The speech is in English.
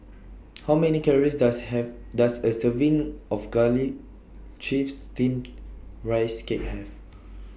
How Many Calories Does Have Does A Serving of Garlic Chives Steamed Rice Cake Have